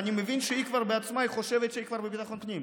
אני מבין שהיא בעצמה כבר חושבת שהיא בביטחון הפנים,